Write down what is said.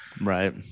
Right